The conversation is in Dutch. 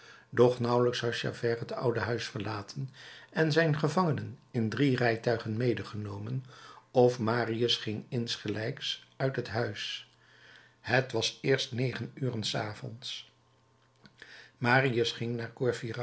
doch nauwelijks had javert het oude huis verlaten en zijn gevangenen in drie rijtuigen medegenomen of marius ging insgelijks uit het huis het was eerst negen uren s avonds marius ging